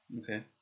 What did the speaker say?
Okay